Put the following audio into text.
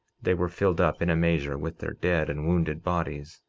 they were filled up in a measure with their dead and wounded bodies.